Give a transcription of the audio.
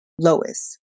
Lois